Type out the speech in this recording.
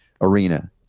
arena